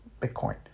bitcoin